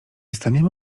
staniemy